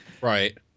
right